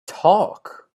talk